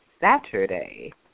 Saturday